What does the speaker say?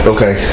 Okay